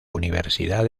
universidad